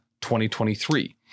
2023